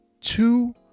two